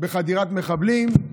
בחדירת מחבלים,